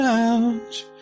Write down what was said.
Lounge